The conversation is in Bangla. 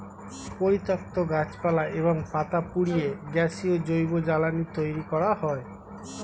পরিত্যক্ত গাছপালা এবং পাতা পুড়িয়ে গ্যাসীয় জৈব জ্বালানি তৈরি করা হয়